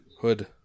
Hood